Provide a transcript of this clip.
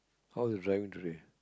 how was your driving today